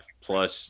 Plus